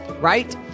right